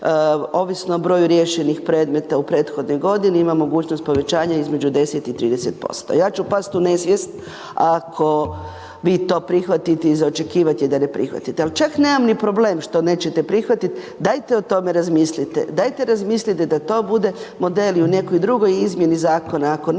ovisno o broju riješenih predmeta u prethodnoj godini, ima mogućnost povećanja između 10 i 30%. Ja ću pasti u nesvijest ako vi to prihvatite i za očekivati je da ne prihvatite. Ali, čak nemam ni problem što nećete prihvatiti, dajte o tome razmislite, dajte razmislite dat to bude model i u nekoj drugoj izmijeni zakona, ako